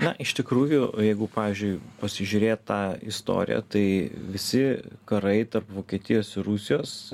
na iš tikrųjų jeigu pavyzdžiui pasižiūrėt tą istoriją tai visi karai tarp vokietijos ir rusijos